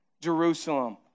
Jerusalem